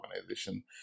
organization